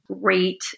great